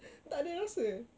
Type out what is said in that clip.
tak ada rasa